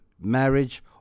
marriage